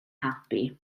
helpu